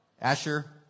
asher